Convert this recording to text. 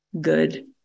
good